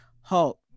Hulk